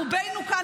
רובנו כאן,